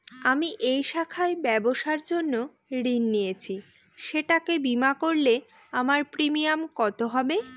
আমি এই শাখায় ব্যবসার জন্য ঋণ নিয়েছি সেটাকে বিমা করলে আমার প্রিমিয়াম কত হবে?